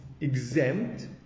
exempt